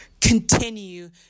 continue